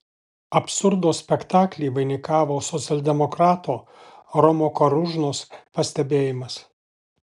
absurdo spektaklį vainikavo socialdemokrato romo karūžnos pastebėjimas